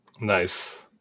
Nice